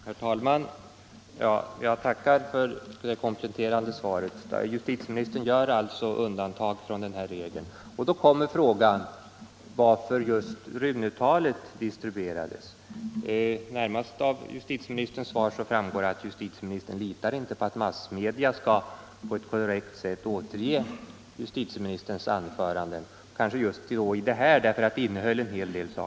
Herr talman! Jag tackar för det kompletterande svaret. Justitieministern gör alltså undantag från regeln. Men då kommer frågan varför just Runötalet distribuerades. Av justitieministerns svar framgår närmast att justitieministern inte litar på att massmedia korrekt skall återge justitieministerns anförande. Och den farhågan kanske gällde just detta tal därför att det innehöll en hel del nyheter.